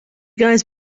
guys